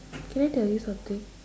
can I tell you something